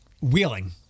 Wheeling